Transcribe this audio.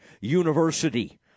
University